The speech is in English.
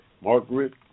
Margaret